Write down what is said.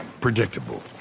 predictable